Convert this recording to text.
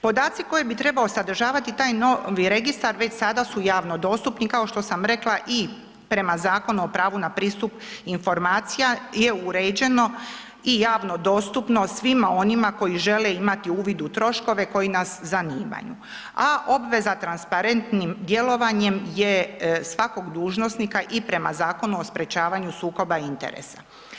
Podaci koje bi trebao sadržavati taj novi registar, već sada su javno dostupni, kao što sam rekla i prema Zakonu o pravu na pristup informacija je uređeno i javno dostupno svima onima koji žele imati uvid u troškove koji nas zanimaju, a obveza transparentnim djelovanjem je svakog dužnosnika i prema Zakonu o sprječavanju sukoba interesa.